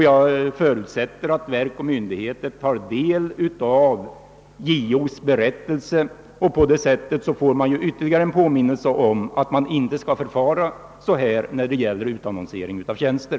Jag förutsätter att verk och myndigheter tar del av JO:s berättelse. På det sättet får man ytterligare en påminnelse om att man inte skall förfara så här vid utannonsering av tjänster.